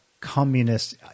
communist